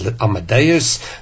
Amadeus